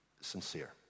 sincere